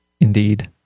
Indeed